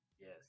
yes